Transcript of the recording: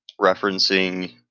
referencing